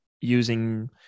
using